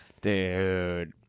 Dude